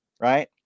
right